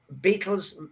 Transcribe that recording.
Beatles